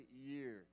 year